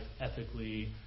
ethically